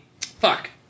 Fuck